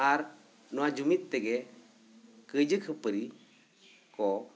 ᱟᱨ ᱱᱚᱣᱟ ᱡᱩᱢᱤᱫ ᱛᱮᱜᱮ ᱠᱟᱹᱭᱡᱟᱹᱜ ᱠᱷᱟᱹᱯᱟᱹᱨᱤ ᱠᱚ